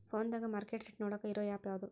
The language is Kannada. ಫೋನದಾಗ ಮಾರ್ಕೆಟ್ ರೇಟ್ ನೋಡಾಕ್ ಇರು ಆ್ಯಪ್ ಯಾವದು?